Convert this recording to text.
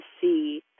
see